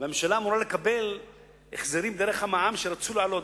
והממשלה אמורה לקבל החזרים דרך המע"מ שרצו להעלות,